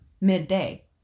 midday